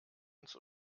uns